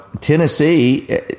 Tennessee –